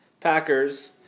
Packers